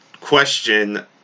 question